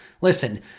Listen